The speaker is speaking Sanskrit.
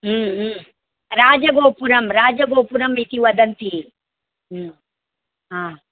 राजगोपुरं राजगोपुरमिति वदन्ति हा